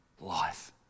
life